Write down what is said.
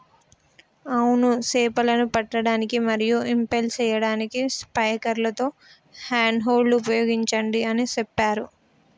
అవును సేపలను పట్టడానికి మరియు ఇంపెల్ సేయడానికి స్పైక్లతో హ్యాండ్ హోల్డ్ ఉపయోగించండి అని సెప్పారు